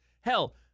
hell –